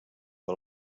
que